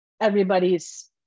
everybody's